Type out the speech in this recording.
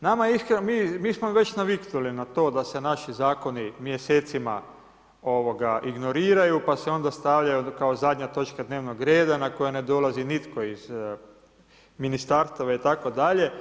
Nama je iskreno, mi smo već navikli na to da se naši zakoni mjesecima ignoriraju, pa se onda stavljaju kao zadnja točka dnevnog reda, na koje ne dolazi nitko iz ministarstava itd.